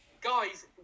Guys